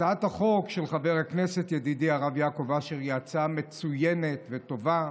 הצעת החוק של חבר הכנסת ידידי הרב יעקב אשר היא הצעה מצוינת וטובה.